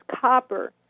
copper